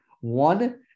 one